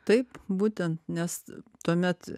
taip būtent nes tuomet